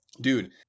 dude